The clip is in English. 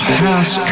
house